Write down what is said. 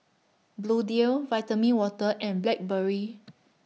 Bluedio Vitamin Water and Blackberry